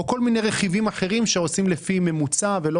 או כל מיני רכיבים אחרים שעושים לפי ממוצע ולא